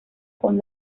con